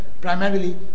primarily